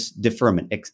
deferment